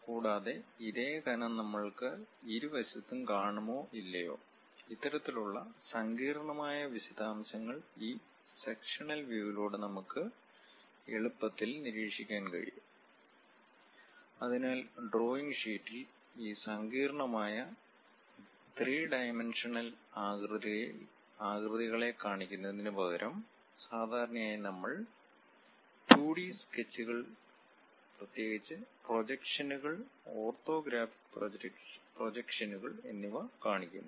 കൂടാതെ ഇതേ കനം നമ്മൾക്ക് ഇരുവശത്തും കാണുമോ ഇല്ലയോ ഇത്തരത്തിലുള്ള സങ്കീർണ്ണമായ വിശദാംശങ്ങൾ ഈ സെക്ക്ഷണൽ വ്യവിലൂടെ നമുക്ക് എളുപ്പത്തിൽ നിരീക്ഷിക്കാൻ കഴിയും അതിനാൽ ഡ്രോയിംഗ് ഷീറ്റിൽ ഈ സങ്കീർണ്ണമായ ത്രീ ഡയമെൻഷനൽ ആകൃതികളെ കാണിക്കുന്നതിന് പകരം സാധാരണയായി നമ്മൾ 2 ഡി സ്കെച്ചുകൾ പ്രത്യേകിച്ച് പ്രൊജക്ഷനുകൾ ഓർത്തോഗ്രാഫിക് പ്രൊജക്ഷനുകൾ എന്നിവ കാണിക്കുന്നു